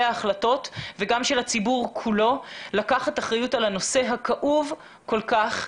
ההחלטות וגם של הציבור כולו לקחת אחריות על הנושא הכאוב כל כך,